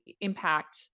impact